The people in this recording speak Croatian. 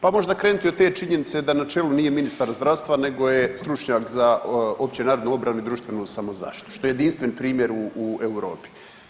Pa možda krenuti od te činjenice da na čelu nije ministar zdravstva nego je stručnjak za općenarodnu obranu i društvenu samozaštitu što je jedinstven primjer u Europi.